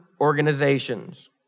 organizations